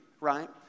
right